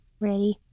ready